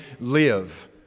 live